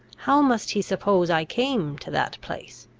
how must he suppose i came to that place?